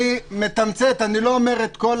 אני מתמצת, אני לא אומר את כל